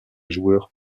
joueur